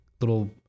little